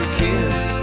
kids